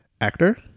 actor